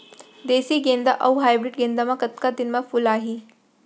देसी गेंदा अऊ हाइब्रिड गेंदा म कतका दिन म फूल आही?